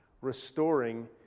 restoring